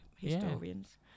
historians